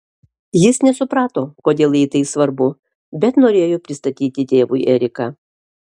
jis nesuprato kodėl jai tai svarbu bet norėjo pristatyti tėvui eriką